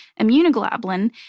immunoglobulin